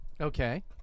Okay